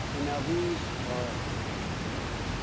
and now these are national data.